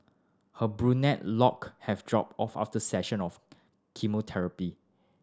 her brunette lock have dropped off after session of chemotherapy